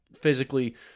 physically